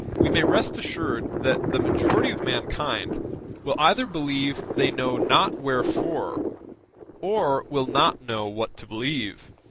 we may rest assured that the majority of mankind will either believe they know not wherefore, or will not know what to believe.